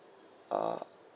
uh